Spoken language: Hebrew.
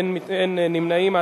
אין נמנעים.